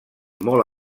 molt